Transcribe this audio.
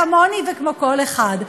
כמוני וכמו כל אחד.